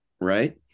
right